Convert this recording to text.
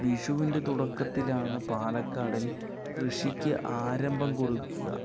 വിഷുവിൻറെ തുടക്കത്തിലാണ് പാലക്കാടിൽ കൃഷിക്ക് ആരംഭം കുറിക്കുക